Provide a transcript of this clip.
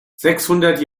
sechshundert